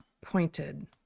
Pointed